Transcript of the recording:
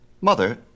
Mother